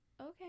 Okay